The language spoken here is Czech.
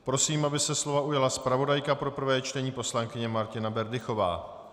Prosím, aby se slova ujala zpravodajka pro prvé čtení, poslankyně Martina Berdychová.